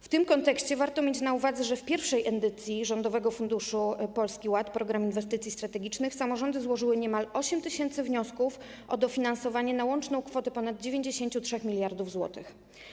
W tym kontekście warto mieć na uwadze, że w pierwszej edycji Rządowego Funduszu Polski Ład: Program Inwestycji Strategicznych samorządy złożyły niemal 8 tys. wniosków o dofinansowanie na łączną kwotę ponad 93 mld zł.